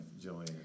Joanne